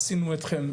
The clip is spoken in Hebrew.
עשינו אותכם,